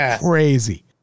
Crazy